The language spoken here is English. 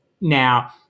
now